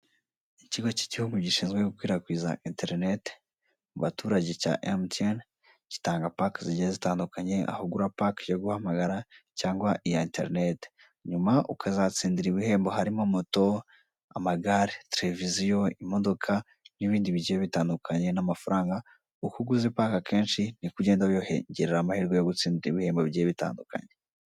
Ikigo cy'igihugu gishinzwe gukwirakwiza interineti mu baturage cya emutiyeni, gitanga paki zigiye zitandukanye, aho ugura paki yo guhamagara cyangwa iya interineti, nyuma ukazatsindira ibihembo, harimo moto, amagare, televiziyo, imodoka n'ibindi bigiye bitandukanye, n'amafaranga. Uko uguze paki kenshi ni ko ugenda wiyongerera amahirwe yo gutsindira ibihembo bigiye bitandukanye.